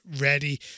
ready